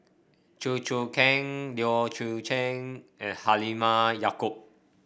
Chew Choo Keng Leu Yew Chye and Halimah Yacob